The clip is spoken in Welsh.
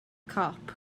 cop